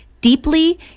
deeply